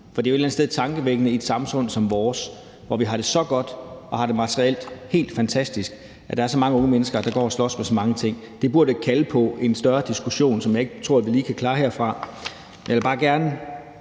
For det er jo et eller andet sted tankevækkende i et samfund som vores, hvor vi har det så godt og har det materielt helt fantastisk, at der er så mange unge mennesker, der går og slås med så mange ting. Det burde kalde på en større diskussion, som jeg ikke tror vi lige kan klare herfra. Men jeg vil bare gerne